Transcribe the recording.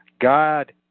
God